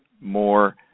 more